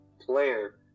Player